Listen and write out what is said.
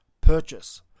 purchase